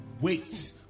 wait